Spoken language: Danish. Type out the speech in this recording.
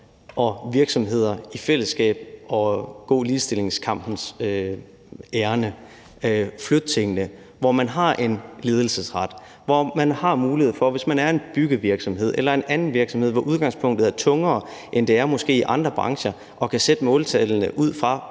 og virksomheder i fællesskab, at gå ligestillingskampens ærinde og flytte tingene, sådan at man har en ledelsesret og man har muligheden for, hvis man er en byggevirksomhed eller en anden virksomhed, hvor udgangspunktet er tungere, end det måske er i andre brancher, at kunne sætte måltallene ud fra